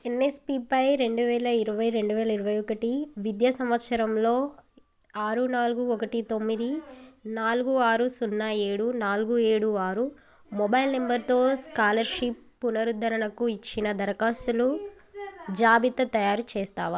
ఎన్ఎస్పిపై రెండు వేల ఇరవై రెండు వేల ఇరవై ఒకటి విద్యా సంవత్సరంలో ఆరు నాలుగు ఒకటి తొమ్మిది నాలుగు ఆరు సున్నా ఏడు నాలుగు ఏడు ఆరు మొబైల్ నంబరుతో స్కాలర్షిప్ పునరుద్ధరణకు ఇచ్చిన దరఖాస్తులు జాబిత తయారుచేస్తావా